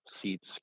Seats